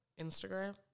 Instagram